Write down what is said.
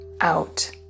out